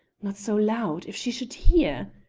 not so loud. if she should hear!